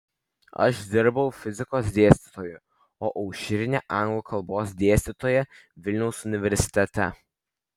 aš dirbau fizikos dėstytoju o aušrinė anglų kalbos dėstytoja vilniaus universitete